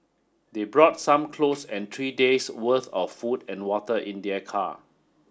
they brought some clothes and three days' worth of food and water in their car